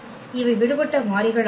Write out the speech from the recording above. இவை விடுபட்ட மாறிகள் ஆகும்